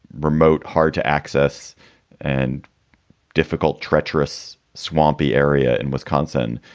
remote, hard to access and difficult, treacherous, swampy area in wisconsin.